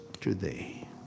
today